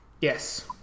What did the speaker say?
Yes